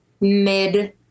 mid